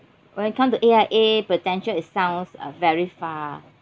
when it come to A_I_A prudential it sounds uh very far